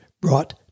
brought